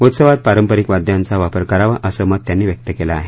उत्सवात पारंपरिक वाद्याचा वापर करावा अस मत त्यानी व्यक्त केलंय